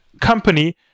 company